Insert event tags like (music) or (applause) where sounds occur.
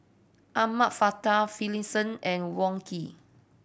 Ahmad (unintelligible) Finlayson and Wong Keen